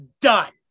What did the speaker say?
done